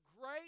great